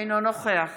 אינו נוכח